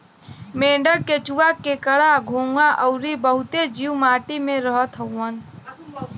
मेंढक, केंचुआ, केकड़ा, घोंघा अउरी बहुते जीव माटी में रहत हउवन